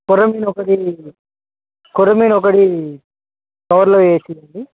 కొరమీను ఒకటి కొరమీను ఒకటి కవర్లో వేసి ఇవ్వండి